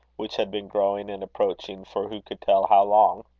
which had been growing and approaching for who could tell how long?